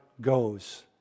goes